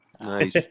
Nice